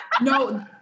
No